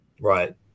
Right